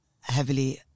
heavily